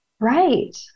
Right